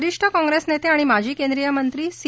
वरिष्ठ काँग्रेस नेते आणि माजी केंद्रीय मंत्री सी